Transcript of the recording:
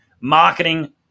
marketing